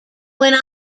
went